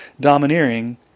domineering